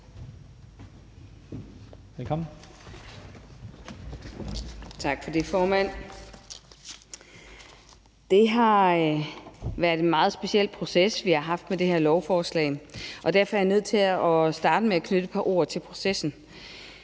Mølbæk (SF): Tak for det, formand. Det er en meget speciel proces, vi har haft med det her lovforslag, og derfor er jeg nødt til at starte med at knytte et par ord til processen.